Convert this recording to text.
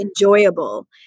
enjoyable